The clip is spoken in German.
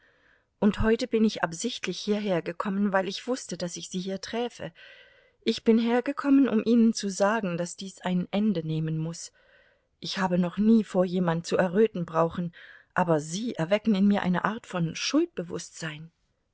und heute bin ich absichtlich hierhergekommen weil ich wußte daß ich sie hier träfe ich bin hergekommen um ihnen zu sagen daß dies ein ende nehmen muß ich habe noch nie vor jemand zu erröten brauchen aber sie erwecken in mir eine art von schuldbewußtsein